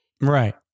Right